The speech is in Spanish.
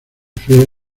fea